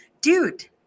dude